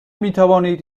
میتوانید